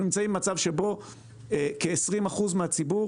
אנחנו נמצאים במצב שבו כ-20% מהציבור